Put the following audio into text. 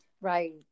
Right